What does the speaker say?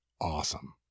awesome